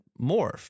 morphed